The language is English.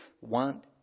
want